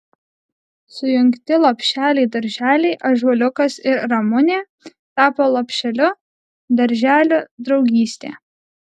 sujungti lopšeliai darželiai ąžuoliukas ir ramunė tapo lopšeliu darželiu draugystė